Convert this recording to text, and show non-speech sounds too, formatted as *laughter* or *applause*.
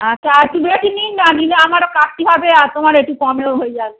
আচ্ছা *unintelligible* নিন না নিলে আমারও কাটতি হবে আর তোমার একটু কমেও হয়ে যাবে